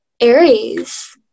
Aries